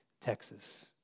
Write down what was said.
Texas